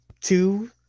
two